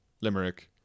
Limerick